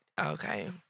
Okay